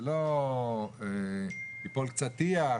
זה לא ייפול קצת טיח,